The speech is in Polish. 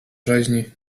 rzeźni